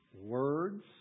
Words